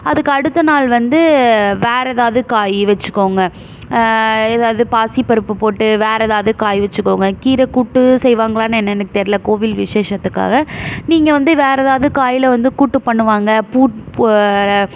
அதுக்கு அடுத்த நாள் வந்து வேற எதாவது காய் வெச்சிக்கோங்க எதாவது பாசிப்பருப்பு போட்டு வேற எதாவது காய் வெச்சிக்கோங்க கீரை கூட்டு செய்வாங்ளான்னு என்ன எனக்கு தெரில கோவில் விஷேஷத்துக்காக நீங்கள் வந்து வேற எதாவது காயில் வந்து கூட்டு பண்ணுவாங்க